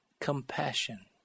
Compassion